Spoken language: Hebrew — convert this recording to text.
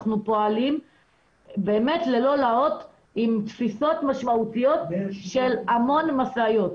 אנחנו פועלים באמת ללא לאות עם תפיסות משמעותיות של המון משאיות,